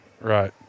Right